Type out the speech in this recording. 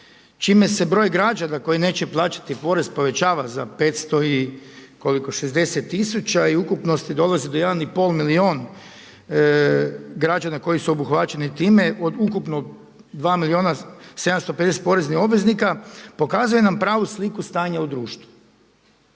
čime se broj građana koji neće plaćati porez povećava za 560 tisuća i ukupnosti dolazi do 1,5 milijun građani koji su obuhvaćeni time od ukupno 2 milijuna 750 poreznih obveznika, pokazuje nam pravu sliku stanja u društvu.